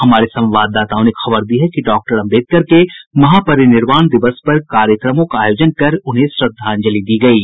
हमारे संवाददाताओं ने खबर दी है कि डॉक्टर अम्बेडकर के महापरिनिर्वाण दिवस पर कार्यक्रमों का आयोजन कर उन्हें श्रद्धांजलि दी गयी